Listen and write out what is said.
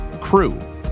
Crew